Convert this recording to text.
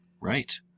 Right